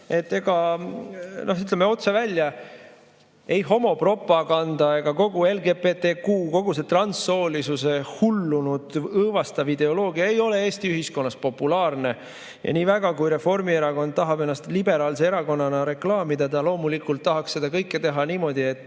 et, ütleme otse välja, ei homopropaganda ega kogu LGBTQ-, kogu see transsoolisuse hullunud õõvastav ideoloogia ei ole Eesti ühiskonnas populaarne. Nii väga kui Reformierakond ka tahab ennast liberaalse erakonnana reklaamida, ta loomulikult tahaks seda kõike teha niimoodi, et